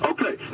Okay